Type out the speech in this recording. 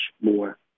more